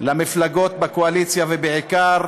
למפלגות הקואליציה, ובעיקר